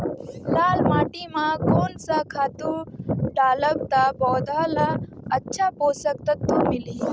लाल माटी मां कोन सा खातु डालब ता पौध ला अच्छा पोषक तत्व मिलही?